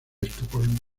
estocolmo